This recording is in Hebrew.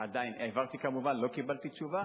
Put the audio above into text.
העברתי, כמובן, לא קיבלתי תשובה,